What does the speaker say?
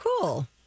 cool